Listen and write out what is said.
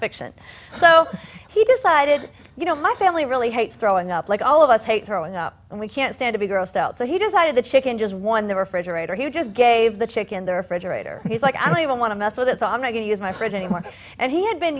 fiction so he decided you know my family really hates growing up like all of us hate throwing up and we can't stand to be grossed out so he decided the chicken just won the refrigerator he just gave the chicken the refrigerator he's like i really want to mess with it so i'm going to use my fridge any more and he had been